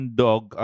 dog